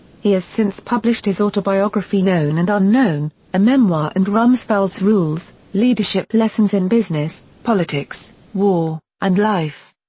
he has since published his autobiography known and unknown a memoir and rumsfeld's rules leadership lessons in business, politics, war, and life.